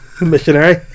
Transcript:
Missionary